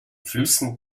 flüssen